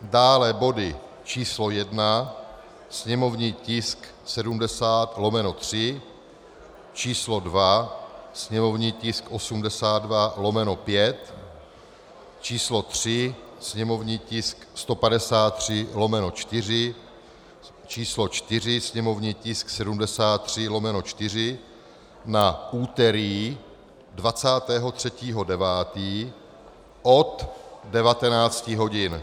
Dále body číslo 1, sněmovní tisk 70/3, číslo 2, sněmovní tisk 82/5, číslo 3, sněmovní tisk 153/4, číslo 4, sněmovní tisk 73/4, na úterý 23. 9. od 19 hodin.